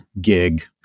gig